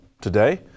today